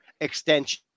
extension